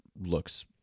looks